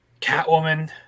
Catwoman